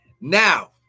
Now